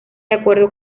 acuerdo